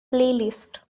playlist